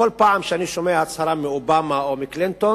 כל פעם שאני שומע הצהרה מאובמה או מקלינטון